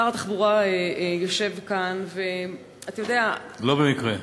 שר התחבורה יושב כאן, ואתה יודע, לא במקרה.